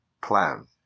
plan